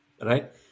right